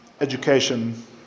education